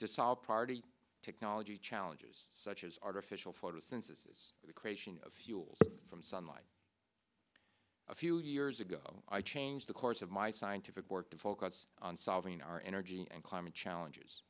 to solve party technology challenges such as artificial photosynthesis the creation of fuels from sunlight a few years ago i changed the course of my scientific work to focus on solving our energy and climate challenges